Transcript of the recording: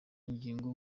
ngingo